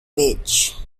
beach